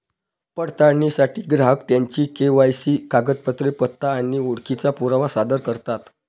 पडताळणीसाठी ग्राहक त्यांची के.वाय.सी कागदपत्रे, पत्ता आणि ओळखीचा पुरावा सादर करतात